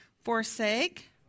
Forsake